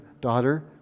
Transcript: Daughter